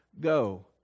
go